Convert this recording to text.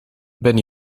ben